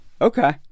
Okay